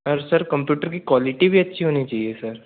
और sir computer की quality भी अच्छी होनी चाहिए सर